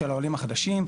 ושלעולה חדש,